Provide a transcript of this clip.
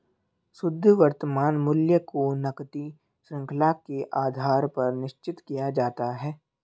शुद्ध वर्तमान मूल्य को नकदी शृंखला के आधार पर निश्चित किया जाता है